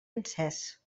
encès